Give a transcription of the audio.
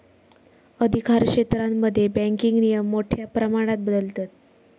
अधिकारक्षेत्रांमध्ये बँकिंग नियम मोठ्या प्रमाणात बदलतत